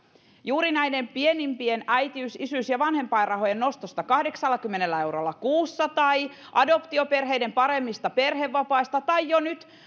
juuri näiden pienimpien äitiys isyys ja vanhempainrahojen nostosta kahdeksallakymmenellä eurolla kuussa tai adoptioperheiden paremmista perhevapaista tai jo nyt